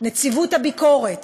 נציבות הביקורת,